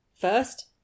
First